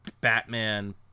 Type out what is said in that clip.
batman